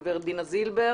הגב' דינה זילבר,